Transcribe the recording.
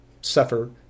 suffer